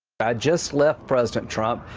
but just left president trump.